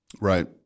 Right